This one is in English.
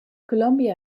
colombia